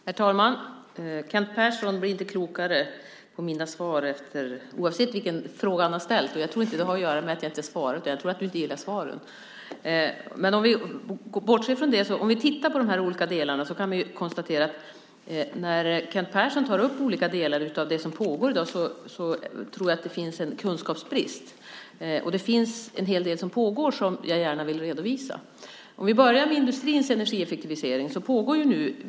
Herr talman! Kent Persson blir inte klokare av mina svar oavsett vilken fråga han har ställt. Jag tror inte att det har att göra med att jag inte svarar, utan jag tror att han inte gillar svaren. Låt oss bortse från det. När Kent Persson tar upp det som pågår i dag kan jag konstatera att det nog finns en kunskapsbrist. Det pågår en hel del som jag gärna vill redovisa. Låt oss börja med industrins energieffektivisering.